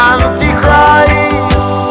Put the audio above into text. Antichrist